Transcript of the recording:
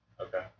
Okay